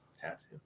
Tattoo